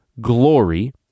glory